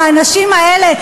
"האנשים האלה",